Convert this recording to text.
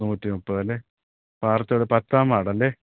നൂറ്റി മുപ്പതല്ലേ പാറത്തോട് പത്താം വാർഡല്ലേ